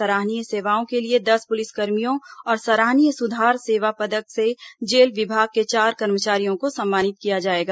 सराहनीय सेवाओं के लिए दस पुलिसकर्मियों और सराहनीय सुधार सेवा पदक से जेल विभाग के चार कर्मचारियों को सम्मानित किया जाएगा